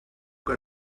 que